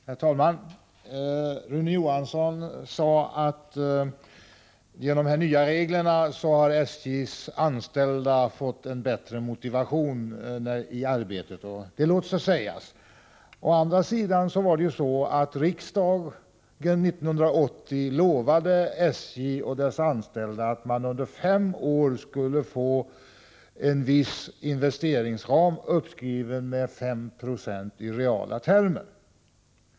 Herr talman! Rune Johansson sade att SJ:s anställda genom de nya reglerna har fått en bättre motivation i sitt arbete, och det låter sig sägas. Å andra sidan lovade riksdagen 1980 SJ och dess anställda att en viss investeringsram under fem år skulle få skrivas upp med 5 96 i reala termer.